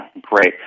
great